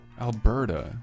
Alberta